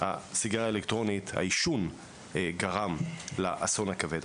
מהסיגריה האלקטרונית, העישון גרם לאסון הכבד.